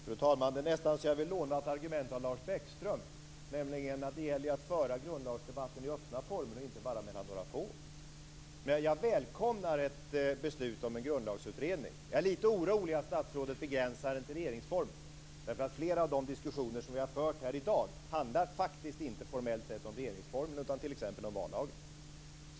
Fru talman! Det är nästan så att jag vill låna ett argument av Lars Bäckström, nämligen att det gäller att föra grundlagsdebatten i öppna former och inte bara mellan några få. Jag välkomnar ett beslut om en grundlagsutredning. Men jag är lite orolig att statsrådet begränsar den till regeringsformen, därför att flera av de diskussioner som vi har fört här i dag handlar faktiskt inte formellt sett om regeringsformen utan t.ex. om valdagen.